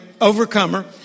overcomer